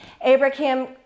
Abraham